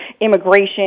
immigration